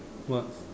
what